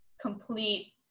complete